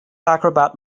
acrobat